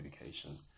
education